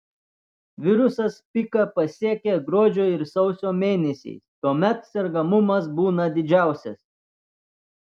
virusas piką pasiekią gruodžio ir sausio mėnesiais tuomet sergamumas būna didžiausias